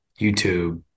YouTube